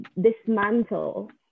dismantle